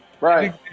Right